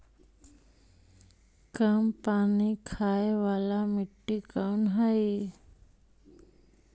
कम पानी खाय वाला मिट्टी कौन हइ?